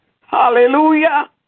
Hallelujah